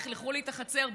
לכלכו לי את החצר,